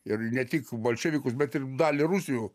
ir ne tik bolševikus bet ir dalį rusijų